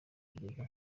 kugeza